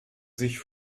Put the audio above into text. sich